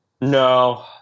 no